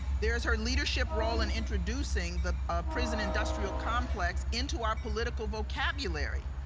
there is her leadership role in introducing the prison industrial complex into our political vocabulary,